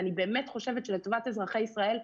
ואני חושבת שלטובת אזרחי ישראל,